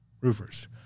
roofers